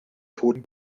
toten